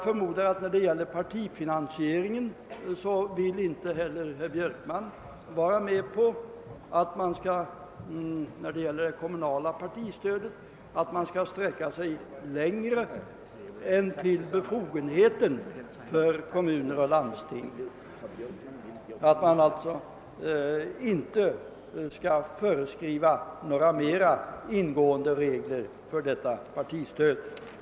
När det gäller partifinansiering via kommunalt partistöd förmodar jag att inte heller herr Björkman vill vara med om att man skall sträcka sig längre än till befogenheter för kommuner och landsting. Man skall inte föreskriva någ ra mera ingående regler för detta partistöd.